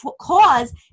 cause